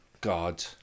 god